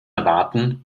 erwarten